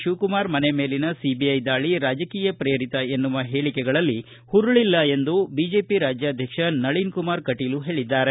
ಶಿವಕುಮಾರ ಮನೆ ಮೇಲಿನ ಸಿಬಿಐ ದಾಳಿ ರಾಜಕೀಯ ಪ್ರೇರಿತ ಎನ್ನುವ ಹೇಳಿಕೆಗಳಲ್ಲಿ ಪುರುಳಿಲ್ಲ ಎಂದು ಬಿಜೆಪಿ ರಾಜ್ಯಾಧ್ಯಕ್ಷ ನಳೀನಕುಮಾರ್ ಕಟೀಲ್ ಹೇಳಿದ್ದಾರೆ